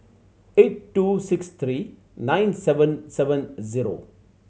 eight two six three nine seven seven zero